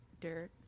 dirt